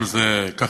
אבל זה ככה,